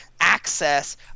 access